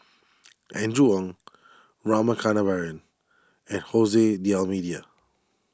Andrew Ang Rama Kannabiran and Jose D'Almeida